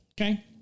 okay